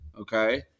okay